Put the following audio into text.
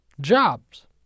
jobs